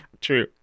True